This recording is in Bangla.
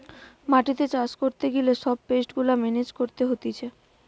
মাটিতে চাষ করতে গিলে সব পেস্ট গুলা মেনেজ করতে হতিছে